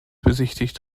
besichtigt